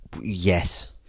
Yes